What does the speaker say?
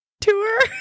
tour